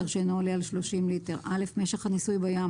שאינו עולה על 30 ליטר - משך הניסוי בים